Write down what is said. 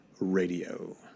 Radio